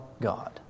God